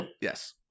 yes